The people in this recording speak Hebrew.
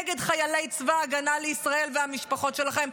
נגד חיילי צבא ההגנה לישראל והמשפחות שלכם.